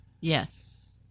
Yes